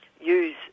use